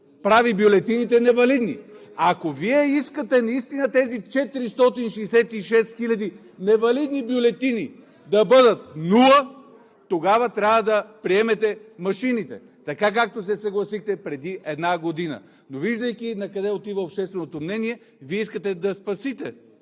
прави бюлетините невалидни. Ако Вие искате наистина тези 466 хиляди невалидни бюлетини да бъдат нула, тогава трябва да приемете машините, така както се съгласихте преди една година. Но, виждайки накъде отива общественото мнение, Вие искате да спасите,